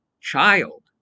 child